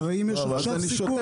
הרי אם יש עכשיו סיכון,